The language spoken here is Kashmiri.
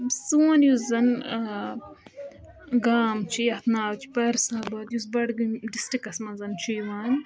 سون یُس زَن گام چھُ یَتھ ناو چھِ پٲرساباد یُس بڈگٲمۍ ڈِسٹرکَس منٛز چھُ یِوان